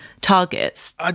targets